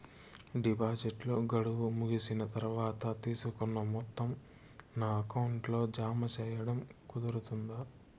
డిపాజిట్లు గడువు ముగిసిన తర్వాత, తీసుకున్న మొత్తం నా అకౌంట్ లో జామ సేయడం కుదురుతుందా?